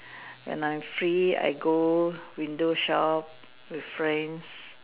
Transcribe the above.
when I free I go window shop with friends